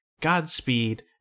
Godspeed